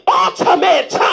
ultimate